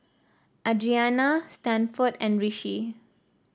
Adrianna Stanford and Rishi